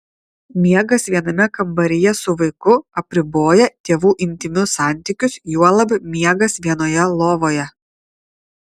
miegas viename kambaryje su vaiku apriboja tėvų intymius santykius juolab miegas vienoje lovoje